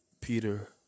Peter